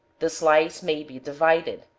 the slice may be divided.